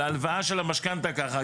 על ההלוואה של המשכנתה ככה.